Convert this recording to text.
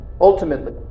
ultimately